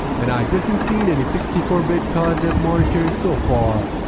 and i doesn't see and any sixty four bit color depth monitor so far,